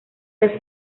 del